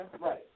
Right